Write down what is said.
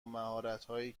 مهارتهایی